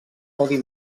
codi